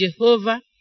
Jehovah